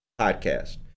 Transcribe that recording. podcast